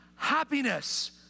happiness